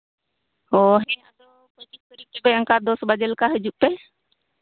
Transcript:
ᱚᱻ ᱦᱮᱸ ᱟᱫᱚ ᱯᱚᱸᱪᱤᱥ ᱛᱟᱹᱨᱤᱠᱷ ᱚᱱᱠᱟ ᱫᱚᱥ ᱵᱟᱡᱮ ᱞᱮᱠᱟ ᱦᱤᱡᱩᱜ ᱯᱮ